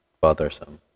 bothersome